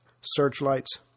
searchlights